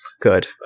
Good